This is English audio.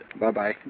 Bye-bye